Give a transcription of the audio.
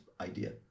idea